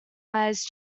wise